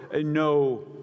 no